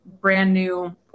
brand-new